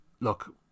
Look